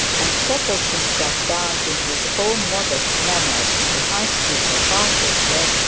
and settled himself down in his own modest manner in the high street of barchester,